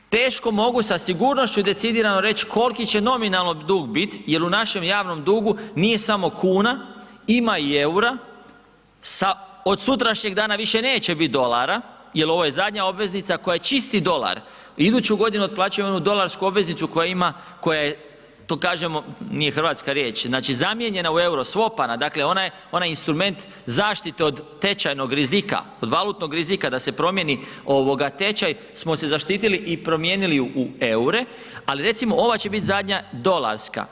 Teško mogu sa sigurnošću decidirano reći koliki će nominalno dug bit, jel u našem javnom dugu nije samo kuna ima i EUR-a, sa od sutrašnjeg dana više neće biti dolara jer ovo je zadnja obveznica koja je čisti dolar, iduću godinu otplaćujemo onu dolarsku obveznicu koja ima, koja to kažemo nije hrvatska riječ, znači zamijenjena u EUR-o svopara, dakle ona je ona je instrument zaštite od tečajnog rizika od valutnog rizika da se promjeni ovoga tečaj smo se zaštitili i promijenili ju u EUR-e, ali recimo ova će biti zadnja dolarska.